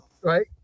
right